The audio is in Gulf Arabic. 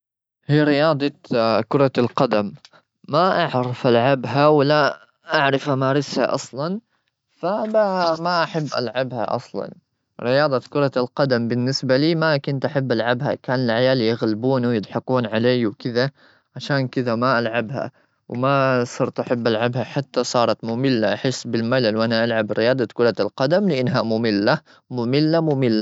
هي رياضة كرة القدم. ما أعرف ألعبها، ولا أعرف أمارسها أصلا. فما ما أحب ألعبها أصلا. رياضة كرة القدم بالنسبة لي ما كنت أحب ألعبها. كان العيال يغلبوني ويضحكون علي وكذا. عشان كذا ما ألعبها وما صرت أحب ألعبها. حتى صارت مملة، أحس بالملل وأنا ألعب رياضة كرة القدم. لأنها مملة-مملة-مملة.